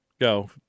go